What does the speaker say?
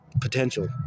potential